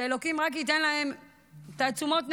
שאלוקים רק ייתן להן תעצומות נפש,